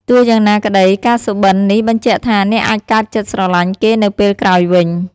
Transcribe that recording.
ទោះយ៉ាងណាក្តី ការសុបិន នេះបញ្ជាក់ថា អ្នកអាចកើតចិត្តស្រលាញ់គេនៅពេលក្រោយវិញ។